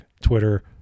Twitter